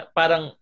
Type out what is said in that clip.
parang